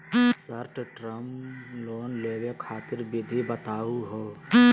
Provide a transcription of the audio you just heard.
Short term loan लेवे खातीर विधि बताहु हो?